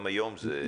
גם היום זה כך.